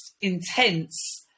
intense